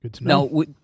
No